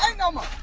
and number